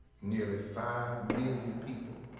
nearly five million people.